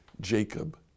Jacob